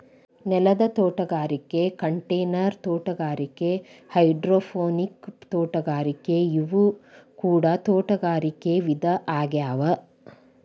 ನೆಲದ ತೋಟಗಾರಿಕೆ ಕಂಟೈನರ್ ತೋಟಗಾರಿಕೆ ಹೈಡ್ರೋಪೋನಿಕ್ ತೋಟಗಾರಿಕೆ ಇವು ಕೂಡ ತೋಟಗಾರಿಕೆ ವಿಧ ಆಗ್ಯಾವ